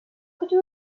could